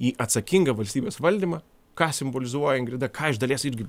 į atsakingą valstybės valdymą ką simbolizuoja ingrida ką iš dalies irgi